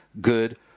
good